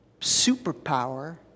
superpower